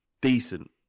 decent